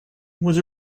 was